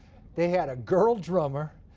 they had a girl drummer.